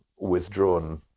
withdrawn,